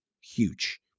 huge